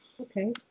Okay